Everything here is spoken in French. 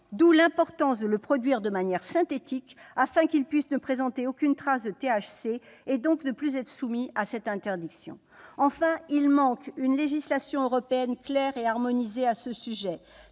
D'où l'importance de le produire de manière synthétique pour qu'il ne présente plus aucune trace de THC et, donc, ne puisse plus être soumis à cette interdiction. Enfin, il manque une législation européenne claire et harmonisée à ce sujet